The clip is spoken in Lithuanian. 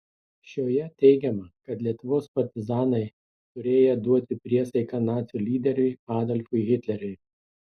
šioje teigiama kad lietuvos partizanai turėję duoti priesaiką nacių lyderiui adolfui hitleriui